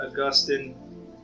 Augustin